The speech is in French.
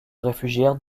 réfugièrent